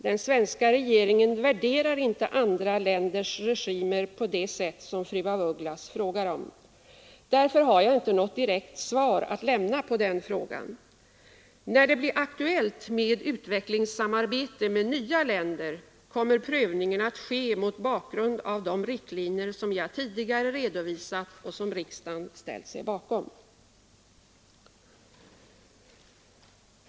Den svenska regeringen värderar inte andra länders regimer på det sätt som fru af Ugglas frågar om. Därför har jag inte något direkt svar att lämna på den frågan. När det blir aktuellt med utvecklingssamarbete med nya länder kommer prövningen att ske mot bakgrund av de riktlinjer som jag tidigare redovisat och som riksdagen ställt sig bakom.